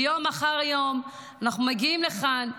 ויום אחר יום אנחנו מגיעים לכאן,